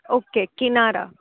okay કિનારા